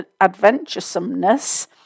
adventuresomeness